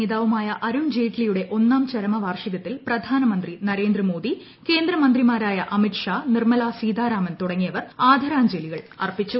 നേതാവുമായ അരുൺ ജയ്റ്റ്ലിയുടെ ഒന്നാം ചരമ വാർഷികത്തിൽ പ്രധാനമന്ത്രി നരേന്ദ്രമോദി കേന്ദ്രമന്ത്രിമാരായ അമിത്ഷാ നിർമല സീതാരാമൻ തുടങ്ങിയവർ ആദരാഞ്ജലികൾ അർപ്പിച്ചു